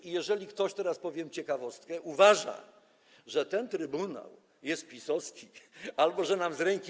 I jeżeli ktoś - teraz powiem ciekawostkę - uważa, że ten trybunał jest PiS-owski albo że nam je z ręki.